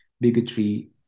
bigotry